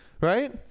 Right